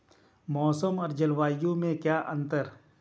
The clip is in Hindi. मौसम और जलवायु में क्या अंतर?